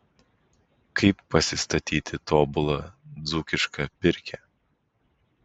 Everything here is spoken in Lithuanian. kaip pasistatyti tobulą dzūkišką pirkią